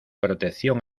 protección